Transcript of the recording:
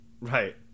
Right